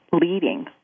Leading